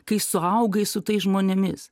kai suaugai su tais žmonėmis